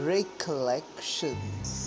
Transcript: Recollections